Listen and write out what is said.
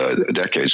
decades